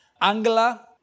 Angela